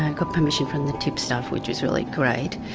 and got permission from the tipstaff, which was really great,